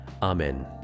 Amen